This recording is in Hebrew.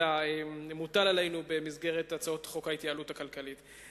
המוטל עלינו במסגרת הצעות חוק ההתייעלות הכלכלית.